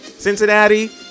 Cincinnati